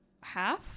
half